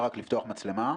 שלום לכולם.